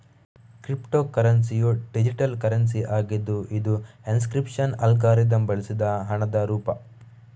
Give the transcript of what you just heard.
crypto ಕರೆನ್ಸಿಯು digital currency ಆಗಿದ್ದು ಇದು ಎನ್ಕ್ರಿಪ್ಶನ್ ಅಲ್ಗಾರಿದಮ್ ಬಳಸಿದ ಹಣದ ರೂಪ